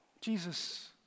Jesus